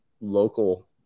local